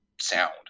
sound